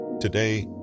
Today